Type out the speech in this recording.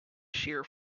shear